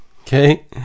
Okay